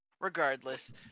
Regardless